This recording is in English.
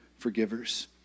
forgivers